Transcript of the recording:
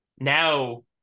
Now